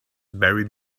barry